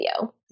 video